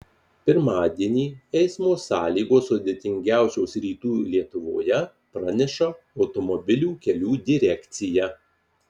pirmadienį eismo sąlygos sudėtingiausios rytų lietuvoje praneša automobilių kelių direkcija